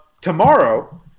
Tomorrow